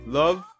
love